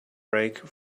brake